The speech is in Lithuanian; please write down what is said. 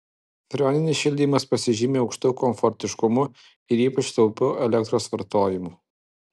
freoninis šildymas pasižymi aukštu komfortiškumu ir ypač taupiu elektros vartojimu